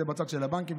זה בצד של הבנקים,